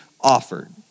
offered